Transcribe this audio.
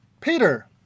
Peter